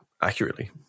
accurately